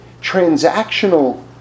transactional